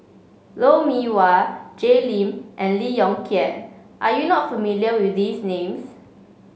Lou Mee Wah Jay Lim and Lee Yong Kiat are you not familiar with these names